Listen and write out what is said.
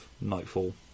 Nightfall